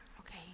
Okay